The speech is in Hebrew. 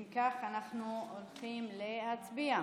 אם כך, אנחנו הולכים להצביע.